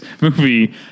movie